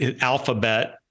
Alphabet